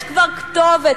יש כבר כתובת,